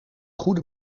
goede